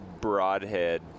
broadhead